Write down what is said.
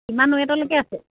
কিমান ওৱেটলৈকে আছে